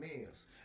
males